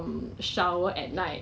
environment 变